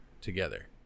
together